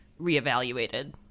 reevaluated